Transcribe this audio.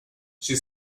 she